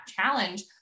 challenge